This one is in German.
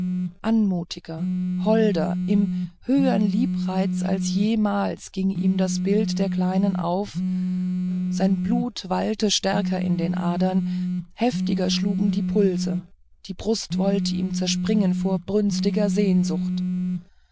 anmutiger holder im höhern liebreiz als jemals ging ihm das bild der kleinen auf sein blut wallte stärker in den adern heftiger schlugen die pulse die brust wollte ihm zerspringen vor brünstiger sehnsucht